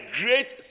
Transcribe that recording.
great